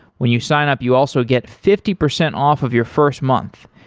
when you sign up, you also get fifty percent off of your first month.